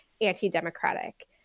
anti-democratic